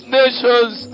nations